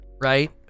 right